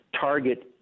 target